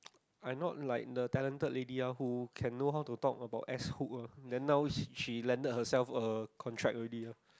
I not like the talented lady ah who can know how to talk about S hook ah then now she landed herself a contract already ah